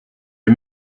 les